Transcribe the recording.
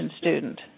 student